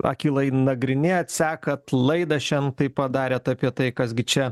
akylai nagrinėjat sekat laidą šiandien taip pat darėt apie tai kas gi čia